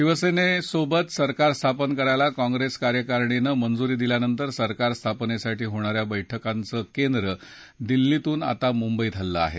शिवसेनेसोबत सरकार स्थापन करायला काँग्रेस कार्यकारिणीनं मंजुरी दिल्यानंतर सरकार स्थापनेसाठी होणा या बैठकांचं केंद्र दिल्लीतून आता मुंबईत हललं आहे